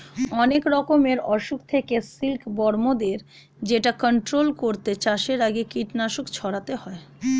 অনেক রকমের অসুখ থেকে সিল্ক বর্মদের যেটা কন্ট্রোল করতে চাষের আগে কীটনাশক ছড়াতে হয়